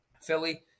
Philly